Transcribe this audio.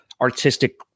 artistic